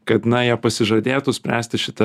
kad na jie pasižadėtų spręsti šitą